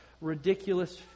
Ridiculous